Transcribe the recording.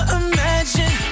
imagine